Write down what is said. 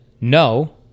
No